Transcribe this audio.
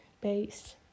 base